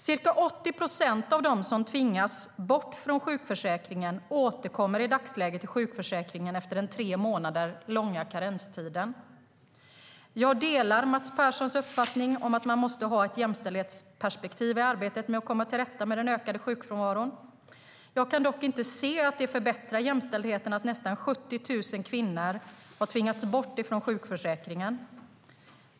Ca 80 procent av dem som tvingas bort från sjukförsäkringen återkommer i dagsläget till sjukförsäkringen efter den tre månader långa karenstiden. Jag delar Mats Perssons uppfattning att man måste ha ett jämställdhetsperspektiv i arbetet med att komma till rätta med den ökande sjukfrånvaron. Jag kan dock inte se att det skulle förbättra jämställdheten att nästan 70 000 kvinnor har tvingats bort från sjukförsäkringen.